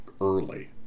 early